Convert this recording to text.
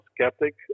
skeptic